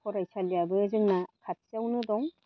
फरायसालियाबो जोंना खाथियावनो दं